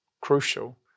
crucial